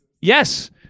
Yes